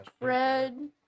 red